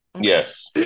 yes